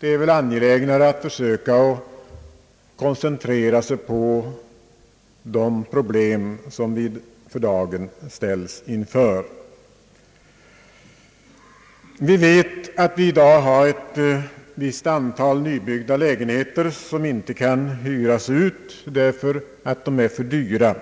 Det är väl angelägnare att försöka koncentrera sig på de problem som vi för dagen ställs inför. Vi vet att vi i dag har ett visst antal nybyggda lägenheter som inte kan hyras ut därför att de är för dyra.